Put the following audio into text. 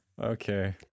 Okay